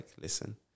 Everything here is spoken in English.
listen